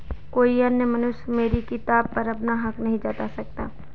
कोई अन्य मनुष्य मेरी किताब पर अपना हक नहीं जता सकता